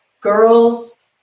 girls